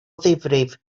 ddifrif